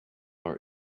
are